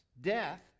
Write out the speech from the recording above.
death